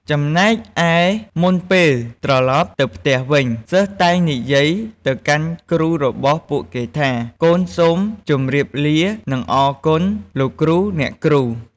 ចំណែកឯ មុនពេលត្រឡប់ទៅផ្ទះវិញ សិស្សតែងនិយាយទៅកាន់គ្រូរបស់ពួកគេថា កូនសូមជម្រាបលា និងអរគុណ លោកគ្រូ អ្នកគ្រូ។